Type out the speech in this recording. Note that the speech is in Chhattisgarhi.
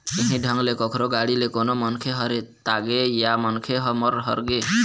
इहीं ढंग ले कखरो गाड़ी ले कोनो मनखे ह रेतागे या मनखे ह मर हर गे